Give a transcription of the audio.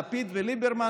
לפיד וליברמן,